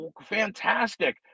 Fantastic